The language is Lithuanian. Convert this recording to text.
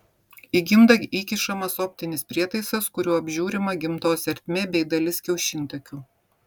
į gimdą įkišamas optinis prietaisas kuriuo apžiūrima gimdos ertmė bei dalis kiaušintakių